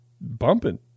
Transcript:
bumping